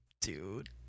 dude